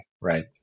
right